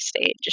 stage